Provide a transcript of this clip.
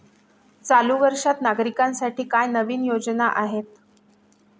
चालू वर्षात नागरिकांसाठी काय नवीन योजना आहेत?